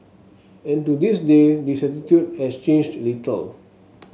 and to this day this attitude has changed little